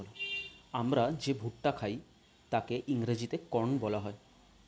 আমরা যে ভুট্টা খাই তাকে ইংরেজিতে কর্ন বলা হয়